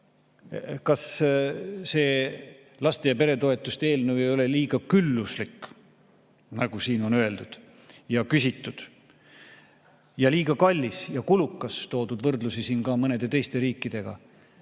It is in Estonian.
Kas see laste‑ ja peretoetuste eelnõu ei ole liiga külluslik, nagu siin on öeldud ja küsitud, ja liiga kallis ja kulukas, on toodud võrdlusi siin ka mõnede teiste riikidega?